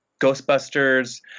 Ghostbusters